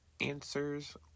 answers